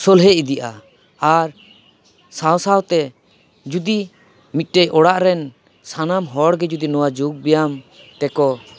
ᱥᱚᱞᱦᱮ ᱤᱫᱤᱜᱼᱟ ᱟᱨ ᱥᱟᱶ ᱥᱟᱶᱛᱮ ᱡᱩᱫᱤ ᱢᱤᱫᱴᱮᱱ ᱚᱲᱟᱜ ᱨᱮᱱ ᱥᱟᱱᱟᱢ ᱦᱚᱲ ᱜᱮ ᱡᱩᱫᱤ ᱱᱚᱣᱟ ᱡᱳᱜ ᱵᱮᱭᱟᱢ ᱛᱮᱠᱚ